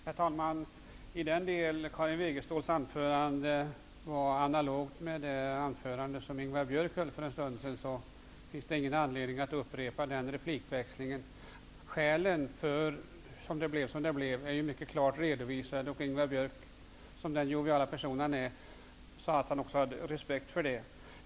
Herr talman! I den del Karin Wegeståls anförande var analogt med det anförande som Ingvar Björk höll för en stund sedan finns det ingen anledning att ha en replikväxling. Skälen för att det blev som det blev är mycket klart redovisade. Ingvar Björk, som den joviala person han är, sade att han också hade respekt för det.